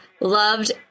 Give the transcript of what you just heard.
loved